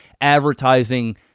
advertising